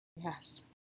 Yes